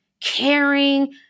caring